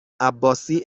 عباسی